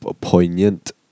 Poignant